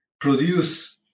produce